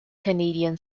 canadian